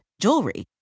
jewelry